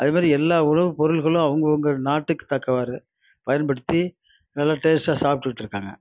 அதுமாரி எல்லா உணவுப் பொருள்களும் அவங்கவுங்க நாட்டுக்கு தக்கவாறு பயன்படுத்தி நல்லா டேஸ்ட்டாக சாப்பிடுட்டு இருக்காங்க